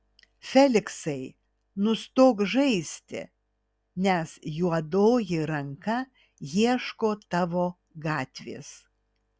feliksai nustok žaisti nes juodoji ranka ieško tavo gatvės